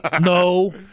no